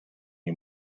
you